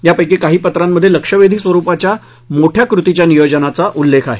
यापैकी काही पत्रांमध्ये लक्षवेधी स्वरुपाच्या मोठ्या कृतीच्या नियोजनाचा उल्लेख आहे